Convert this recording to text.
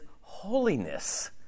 holiness